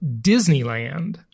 Disneyland